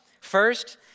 First